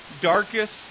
darkest